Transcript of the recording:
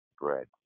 bread